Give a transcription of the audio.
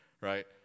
right